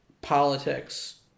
politics